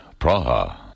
Praha